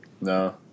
No